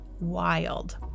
wild